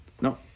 No